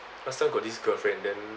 last time got this girlfriend then